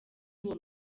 uwo